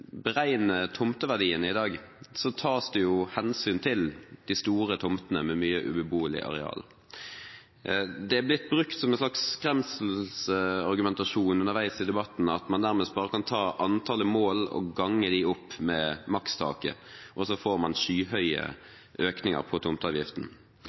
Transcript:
er blitt brukt som en slags skremselsargumentasjon underveis i debatten at man nærmest bare kan ta antallet mål og gange dem opp med makstaket – og så får man skyhøye økninger på tomteavgiften.